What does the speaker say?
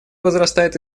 возрастает